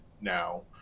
now